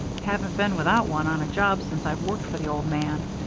haven't been without one on a job since i've worked for the old man.